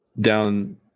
down